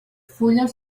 fulles